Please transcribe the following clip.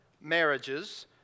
Marriages